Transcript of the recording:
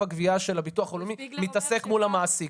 הגבייה של הביטוח הלאומי מתעסק מול המעסיק.